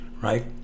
Right